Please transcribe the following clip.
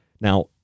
Now